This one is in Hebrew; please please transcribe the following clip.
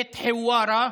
את חווארה",